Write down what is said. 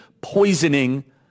poisoning